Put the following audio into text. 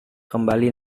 kembali